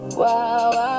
wow